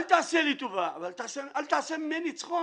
אל תעשה לי טובה אבל אל תעשה ממני צחוק.